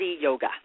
yoga